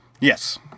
Yes